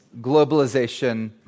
Globalization